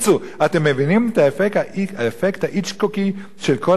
אתם מבינים את האפקט ההיצ'קוקי של כל העסק הזה?